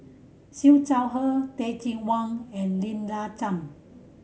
Siew Shaw Her Teh Cheang Wan and Lina Chiam